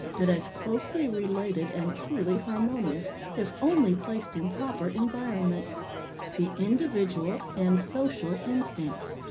but as closely related and truly harmonious, if only placed in proper environment the individual and social instincts.